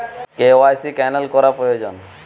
KYC cancel করা প্রয়োজন?